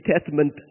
Testament